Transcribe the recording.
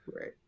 Right